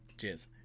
cheers